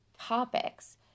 topics